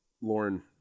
Lauren